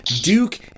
Duke